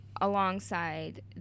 alongside